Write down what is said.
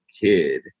kid